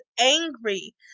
angry